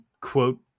quote